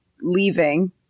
leaving